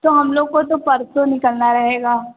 तो हम लोग तो परसों निकालना रहेगा